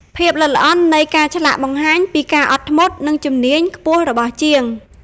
ភាពល្អិតល្អន់នៃការឆ្លាក់បង្ហាញពីការអត់ធ្មត់ និងជំនាញខ្ពស់របស់ជាង។